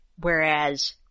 Whereas